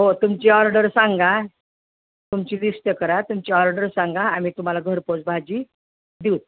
हो तुमची ऑर्डर सांगा तुमची लिष्ट करा तुमची ऑर्डर सांगा आम्ही तुम्हाला घरपोच भाजी देऊ